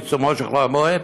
בעיצומו של חול המועד.